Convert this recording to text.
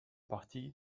parties